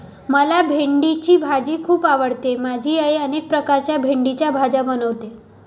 मला भेंडीची भाजी खूप आवडते माझी आई अनेक प्रकारच्या भेंडीच्या भाज्या बनवते